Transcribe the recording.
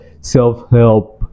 self-help